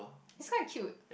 it's quite cute